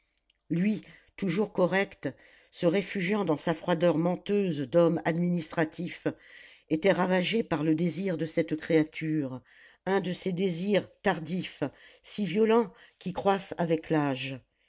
lui toujours correct se réfugiant dans sa froideur menteuse d'homme administratif était ravagé par le désir de cette créature un de ces désirs tardifs si violents qui croissent avec l'âge